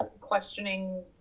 questioning